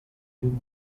you